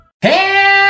Hey